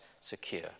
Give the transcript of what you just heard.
secure